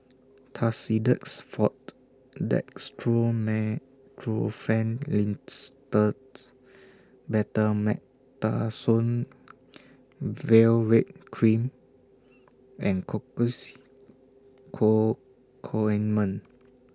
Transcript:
Tussidex Forte Dextromethorphan Linctus Betamethasone Valerate Cream and Cocois Co Co Ointment